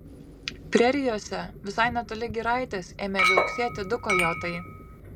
prerijose visai netoli giraitės ėmė viauksėti du kojotai